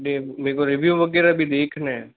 मेको रिव्यु वगैरह भी देखना है